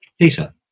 Peter